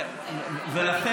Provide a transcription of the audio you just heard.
אתה יודע שבעבר המדינה מימנה.